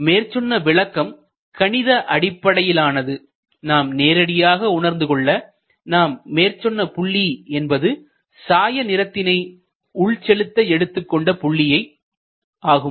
மேற்சொன்ன விளக்கம் கணித அடிப்படையிலானது நாம் நேரடியாக உணர்ந்து கொள்ள நாம் மேற்சொன்ன புள்ளி என்பது சாய நிறத்தை உள் செலுத்த எடுத்துக்கொண்ட புள்ளியை ஆகும்